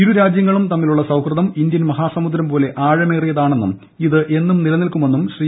ഇരു രാജ്യങ്ങളും തമ്മിലുള്ളൂ സൌഹൃദം ഇന്ത്യൻ മഹാസമുദ്രം പോലെ ആഴമേറിയതാണ്ണെന്നും ഇത് എന്നും നിലനിൽക്കുമെന്നും ശ്രീ